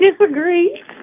disagree